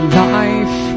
life